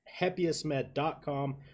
happiestmed.com